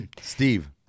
Steve